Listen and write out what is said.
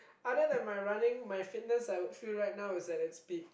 other than my running my fitness I would feel right now is at its peak